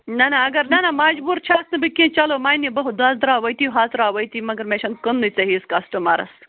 نہَ نہَ اَگر نہَ نہَ مَجبوٗر چھَس نہٕ بہٕ کیٚنٛہہ چلو مَہ نہِ بہٕ ہۅژراوٕ أتی ہۅژراوٕ أتی مگر مےٚ چھَنہٕ کٕنٕے ژےٚ ہِوِس کسٹٕمرس